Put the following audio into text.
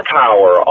power